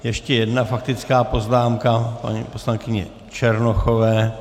Ještě jedna faktická poznámka paní poslankyně Černochové.